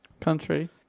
country